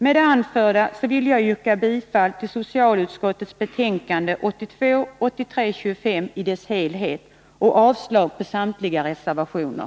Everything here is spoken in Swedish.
Med det anförda vill jag yrka bifall till socialutskottets hemställan i dess helhet i betänkande 1982/83:25 och avslag på samtliga reservationer.